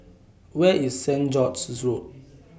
Where IS Saint George's Road